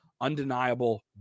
undeniable